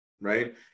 Right